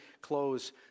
close